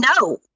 No